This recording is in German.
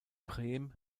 prem